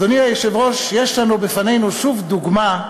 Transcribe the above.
אדוני היושב-ראש, יש בפנינו שוב דוגמה,